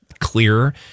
clear